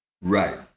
Right